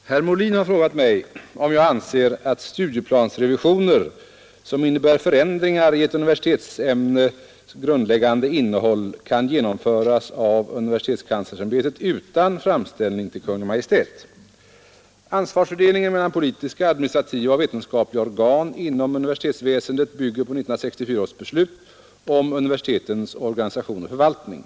Herr talman! Herr Molin har frågat mig om jag anser att studieplansrevisioner, som innebär förändringar i ett universitetsämnes grundläggande innehåll, kan genomföras av universitetskanslersämbetet utan framställning till Kungl. Maj:t. Ansvarsfördelningen mellan politiska, administrativa och vetenskapliga organ inom universitetsväsendet bygger på 1964 års beslut om universitetens organisation och förvaltning.